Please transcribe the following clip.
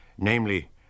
Namely